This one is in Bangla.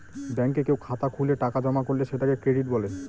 ব্যাঙ্কে কেউ খাতা খুলে টাকা জমা করলে সেটাকে ক্রেডিট বলে